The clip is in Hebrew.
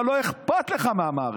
אתה, לא אכפת לך מהמערכת.